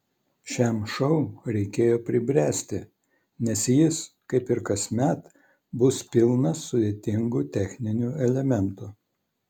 šiam šou reikėjo pribręsti nes jis kaip ir kasmet bus pilnas sudėtingų techninių elementų